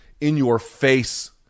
in-your-face